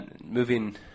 moving